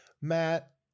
matt